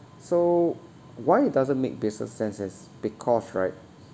so why doesn't make business sense is because right